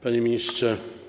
Panie Ministrze!